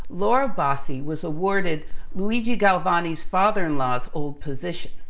laura bassi was awarded luigi galvani's father-in-law's old position,